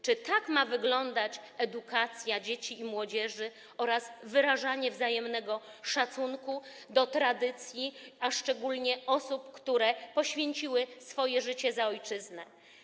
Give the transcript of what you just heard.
Czy tak ma wyglądać edukacja dzieci i młodzieży oraz wyrażanie szacunku do tradycji, a szczególnie osób, które poświęciły swoje życie za ojczyznę?